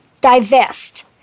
divest